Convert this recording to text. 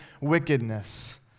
wickedness